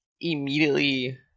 immediately